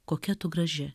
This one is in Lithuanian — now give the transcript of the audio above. kokia tu graži